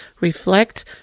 reflect